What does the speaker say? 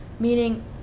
meaning